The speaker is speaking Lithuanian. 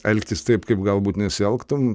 elgtis taip kaip galbūt nesielgtum